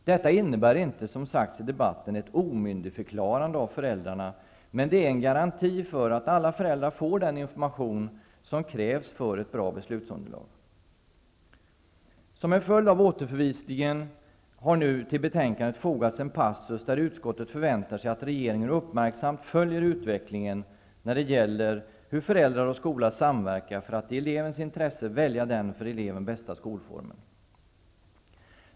Detta innebär inte, som sagts i debatten, ett omyndigförklarande av föräldrarna, men det är en garanti för att alla föräldrar får den information som krävs för ett bra beslutsunderlag. Som en följd av återförvisningen till utskottet har nu till betänkandet fogats en passus, enligt vilken utskottet väntar sig att regeringen uppmärksamt följer utvecklingen när det gäller hur föräldrar och skola samverkar för att i elevens intresse välja den för eleven bästa skolformen.